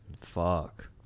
fuck